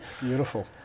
Beautiful